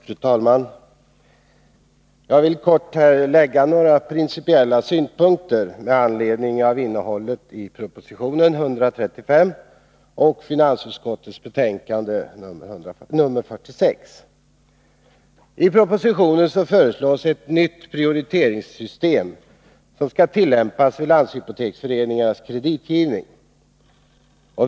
Fru talman! Jag vill kort anlägga några principiella synpunkter med anledning av innehållet i proposition nr 135 och finansutskottets betänkande nr 46. I propositionen föreslås ett nytt prioriteringssystem som skall tillämpas vid landshypoteksföreningarnas kreditgivning.